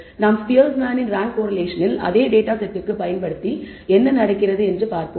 நாம் ஸ்பியர்மேனின் ரேங்க் கோரிலேஷனில் அதே டேட்டா செட்டுக்கு பயன்படுத்தி என்ன நடக்கிறது என்று பார்ப்போம்